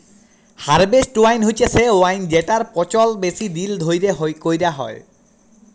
harvest wine হছে সে wine যেটর পচল বেশি দিল ধ্যইরে ক্যইরা হ্যয়